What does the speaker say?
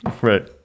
Right